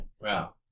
Wow